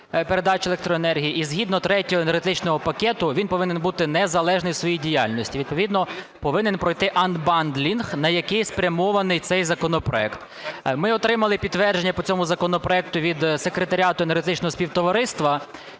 передачі електроенергії), і згідно Третього енергетичного пакету він повинен бути незалежним у своїй діяльності, відповідно повинен пройти анбандлінг, на який спрямований цей законопроект. Ми отримали підтвердження по цьому законопроекту від секретаріату Енергетичного Співтовариства,